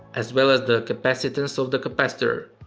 as well as the capacitance of the capacitor.